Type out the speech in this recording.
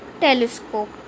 telescope